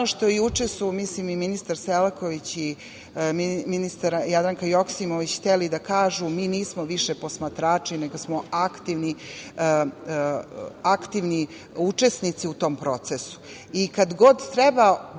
što su juče i ministar Selaković i ministar Jadranka Joksimović hteli da kažu, mi nismo više posmatrači, nego smo aktivni učesnici u tom procesu. I kad god treba